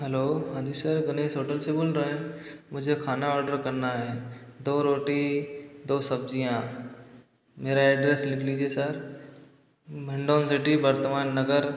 hello हाँ जी sir Ganesh hotel से बोल रहे हैं मुझे खाना ऑर्डर करना है दो रोटी दो सब्जियाँ मेरा एड्रेस लिख लीजिए सर मंडोन सिटी वर्तमान नगर